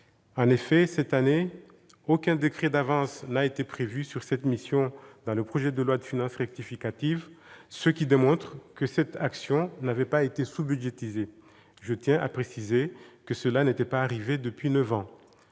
En effet, cette année, aucun décret d'avance n'a été prévu sur cette mission dans le projet de loi de finances rectificative, ce qui démontre que cette action n'avait pas été sous-budgétisée. Je tiens à préciser que cela n'était pas arrivé depuis neuf ans.